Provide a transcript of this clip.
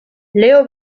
leo